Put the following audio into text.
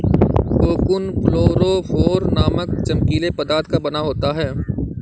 cocoon fluorophore नामक चमकीले पदार्थ का बना होता है